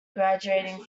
graduating